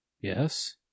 yes